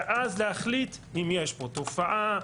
ואז להחליט אם יש פה תופעה,